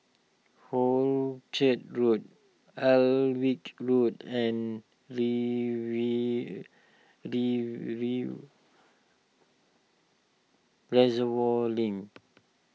Hornchurch Road Alnwick Road and Reservoir Link